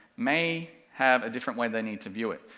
may have a different way they need to view it,